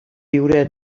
viure